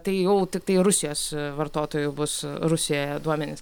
tai jau tiktai rusijos vartotojų bus rusijoje duomenys